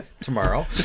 tomorrow